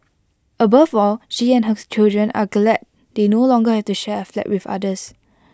above all she and hers children are glad they no longer have to share A flat with others